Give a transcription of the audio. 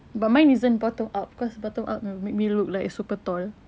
but mine isn't bottom up because bottom up will make me look like super tall